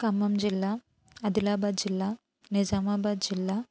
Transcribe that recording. ఖమ్మం జిల్లా ఆదిలాబాదు జిల్లా నిజామాబాదు జిల్లా